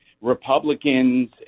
Republicans